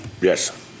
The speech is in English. Yes